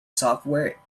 software